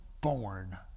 born